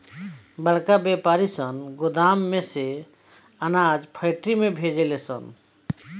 बड़का वायपारी सन गोदाम में से सब अनाज फैक्ट्री में भेजे ले सन